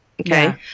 Okay